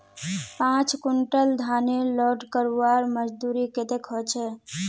पाँच कुंटल धानेर लोड करवार मजदूरी कतेक होचए?